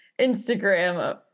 Instagram